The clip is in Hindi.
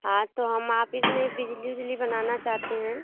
हाँ तो हम आफिस में ही बिजली ओजली बनाना चाहते हैं